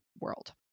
world